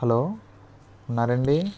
hello ఉన్నారండి